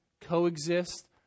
coexist